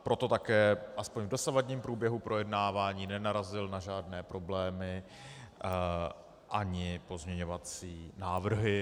Proto také aspoň v dosavadním průběhu projednávání nenarazil na žádné problémy ani pozměňovací návrhy.